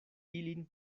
ilin